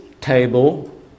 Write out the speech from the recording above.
table